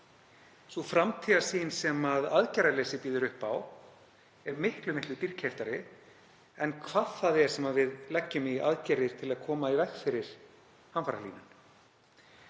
Sú framtíðarsýn sem aðgerðaleysi býður upp á er miklu dýrkeyptari en það sem við leggjum í aðgerðir til að koma í veg fyrir hamfarahlýnun.